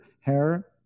hair